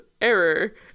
error